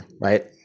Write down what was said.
Right